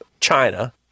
China